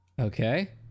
Okay